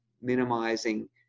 minimizing